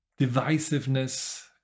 divisiveness